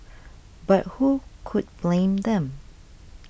but who could blame them